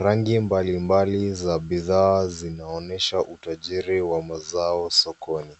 Rangi mbalimbali za bidhaa zinaonyesha utajiri wa mazao sokoni.